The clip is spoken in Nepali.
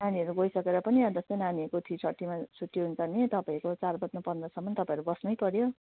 नानीहरू गइसकेर पनि अन्त जस्तो नानीहरूको थ्री थर्टीमा छुट्टी हुन्छ भने तपाईँहरूको चार बज्नु पन्ध्रसम्म तपाईँहरू बस्नैपऱ्यो